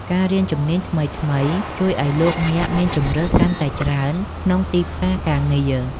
ការរៀនជំនាញថ្មីៗ ជួយឱ្យលោកអ្នកមានជម្រើសកាន់តែច្រើនក្នុងទីផ្សារការងារ។